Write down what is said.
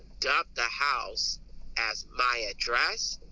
dubbed the house as my address.